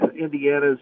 Indiana's